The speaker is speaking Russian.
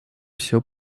всё